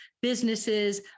businesses